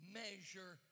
measure